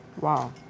Wow